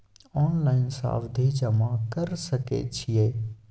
Online सावधि जमा कर सके छिये?